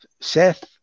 Seth